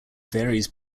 varies